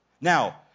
Now